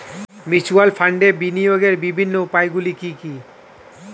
Mutual ফান্ডে বিনিয়োগের বিভিন্ন উপায়গুলি কি কি?